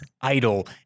idol